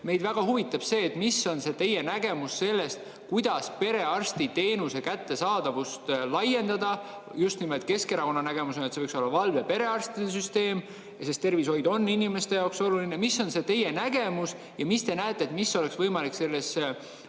meid väga huvitab see, mis on see teie nägemus sellest, kuidas perearstiteenuse kättesaadavust laiendada. Keskerakonna nägemus on, et see võiks olla valveperearstide süsteem, sest tervishoid on inimeste jaoks oluline. Mis on teie nägemus? Ja mida te näete, mida oleks võimalik selles